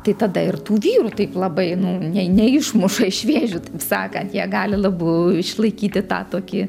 tai tada ir tų vyrų taip labai nu ne neišmuša iš vėžių sakant jie gali labu išlaikyti tą tokį